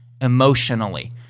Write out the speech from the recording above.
emotionally